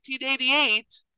1988